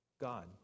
God